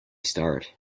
start